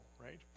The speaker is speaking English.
right